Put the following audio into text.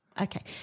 Okay